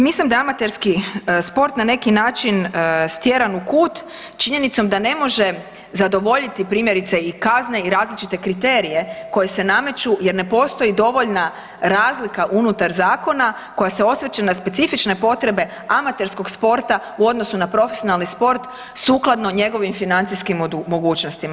Mislim da je amaterski sport na neki način stjeran u kut činjenicom da ne može zadovoljiti primjerice i kazne i različite kriterije koji se nameću jer ne postoji dovoljna razlika unutar zakona koja se osvrće na specifične potrebe amaterskog sporta u odnosu na profesionalni sport sukladno njegovim financijskim mogućnostima.